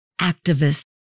activist